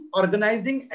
organizing